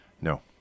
No